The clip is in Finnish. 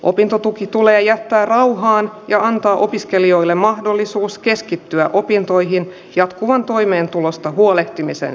opintotuki tulee jättää rauhaan ja antaa opiskelijoille mahdollisuus keskittyä opintoihin jatkuvan toimeentulosta huolehtimisen